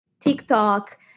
TikTok